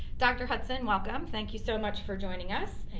dr. hudson welcome, thank you so much for joining us.